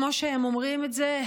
כמו שהם אומרים את זה,